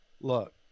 look